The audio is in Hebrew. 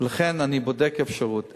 ולכן אני בודק אפשרות,